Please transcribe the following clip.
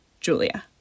julia